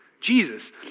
Jesus